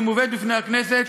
והיא מובאת בפני הכנסת